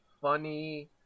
funny